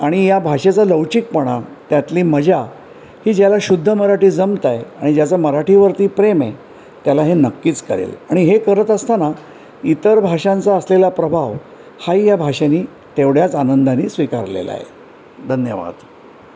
आणि या भाषेचा लवचिकपणा त्यातली मजा ही ज्याला शुद्ध मराठी जमत आहे आणि ज्याचा मराठीवरती प्रेम आहे त्याला हे नक्कीच कळेल आणि हे करत असताना इतर भाषांचा असलेला प्रभाव हाही या भाषेने तेवढ्याच आनंदाने स्वीकारलेला आहे धन्यवाद